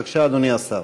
בבקשה, אדוני השר.